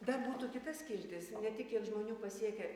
dar būtų kita skiltis ne tik kiek žmonių pasiekia